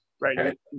Right